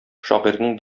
шагыйрьнең